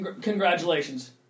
Congratulations